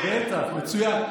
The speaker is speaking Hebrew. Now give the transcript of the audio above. בטח, מצוין.